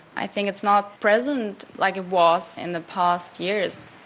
i think it's not present like it was in the past years.